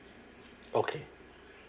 okay